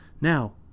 Now